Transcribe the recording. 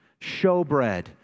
showbread